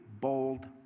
bold